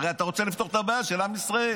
הרי אתה רוצה לפתור את הבעיה של עם ישראל.